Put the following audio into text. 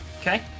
Okay